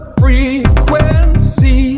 frequency